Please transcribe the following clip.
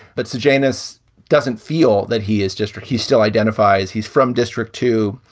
but so janus doesn't feel that he is district. he still identifies. he's from district two.